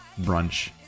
brunch